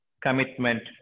commitment